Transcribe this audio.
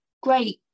great